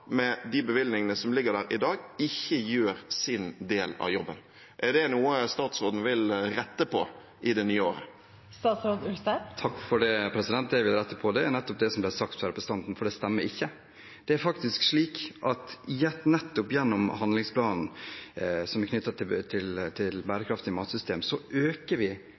med de bevilgningene som ligger der i dag, ikke gjør sin del av jobben. Er det noe statsråden vil rette på i det nye året? Jeg vil rette på det som ble sagt fra representanten Lysbakken, for det stemmer ikke. Det er faktisk slik at nettopp gjennom handlingsplanen knyttet til et bærekraftig matsystem øker vi finansieringen til både det som går på matsikkerhet og til